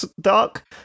dark